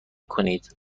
کنید